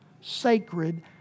sacred